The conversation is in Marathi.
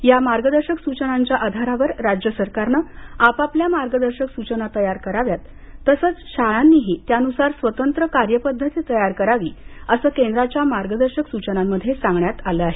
या मार्गदर्शक सुचनांच्या आधारावर राज्य सरकारनं आपापल्या मार्गदर्शक सूचना तयार कराव्यात तसंचं शाळांनीही त्यानुसार स्वतंत्र कार्यपद्धती तयार करावी असंही केंद्राच्या मार्गदर्शक सूचनांमध्ये सांगण्यात आलं आहे